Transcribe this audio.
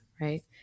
right